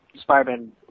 Spider-Man